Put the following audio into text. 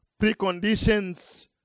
preconditions